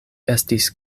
estis